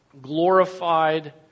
glorified